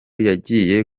yagiye